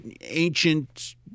ancient